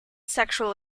sexual